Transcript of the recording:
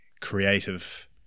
creative